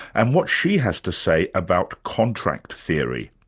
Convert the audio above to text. and what she has to say about contract theory.